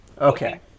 Okay